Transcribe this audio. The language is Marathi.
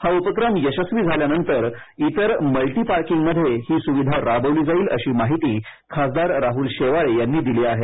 हा उपक्रम यशस्वी झाल्यानंतर इतर मल्टी पार्किंगमध्ये ही सुविधा राबवली जाईल अशी माहिती खासदार राहुल शेवाळे यांनी दिली आहे